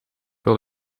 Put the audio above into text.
wel